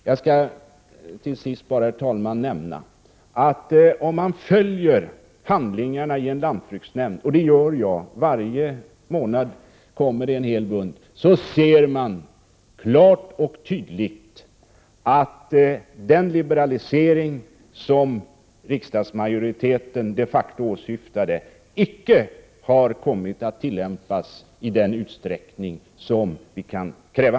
Jag skall till sist, herr talman, bara nämna att om man följer handlingarna i en lantbruksnämnd — och det gör jag — ser man klart och tydligt att den liberalisering som riksdagsmajoriteten de facto syftade till icke har kommit att tillämpas i den utsträckning som vi har rätt att kräva.